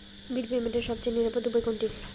বিল পেমেন্টের সবচেয়ে নিরাপদ উপায় কোনটি?